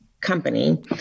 company